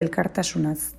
elkartasunaz